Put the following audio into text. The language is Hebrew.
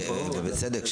בצדק,